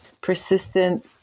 persistent